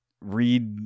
Read